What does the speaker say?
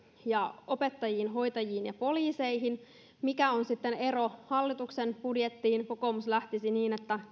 ja opettajiin hoitajiin ja poliiseihin mikä on sitten ero hallituksen budjettiin kokoomus lähtisi siitä että